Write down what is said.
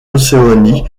océanie